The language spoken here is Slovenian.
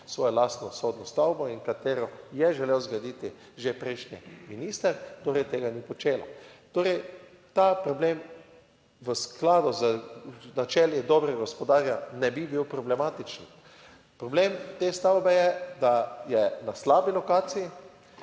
svojo lastno sodno stavbo in v katero je želel zgraditi že prejšnji minister, torej tega ni počelo. Torej ta problem v skladu z načeli dobrega gospodarja ne bi bil problematičen. Problem te stavbe je, da je na slabi lokaciji.